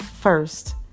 first